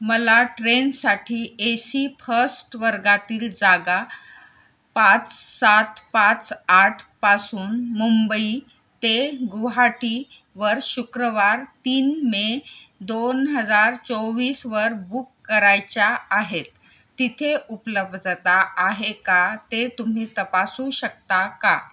मला ट्रेनसाठी A C first वर्गातील जागा पाच सात पाच आठपासून मुंबई ते गुवाहाटीवर शुक्रवार तीन मे दोन हजार चोवीसवर बुक करायच्या आहेत तिथे उपलब्धता आहे का ते तुम्ही तपासू शकता का